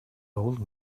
old